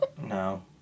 No